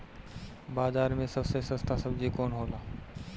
बाजार मे सबसे सस्ता सबजी कौन होला?